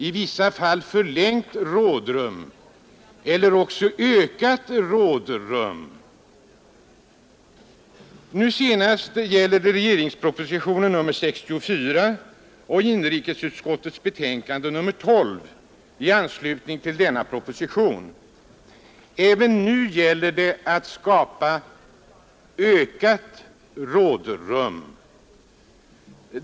I vissa fall ”förlängt rådrum” eller också ”ökat rådrum”. Nu senast gäller det regeringspropositionen nr 64 och inrikesutskottets betänkande nr 12 i anledning av denna proposition. Även nu gäller det att skapa ”ökat rådrum”.